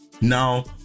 Now